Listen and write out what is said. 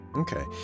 Okay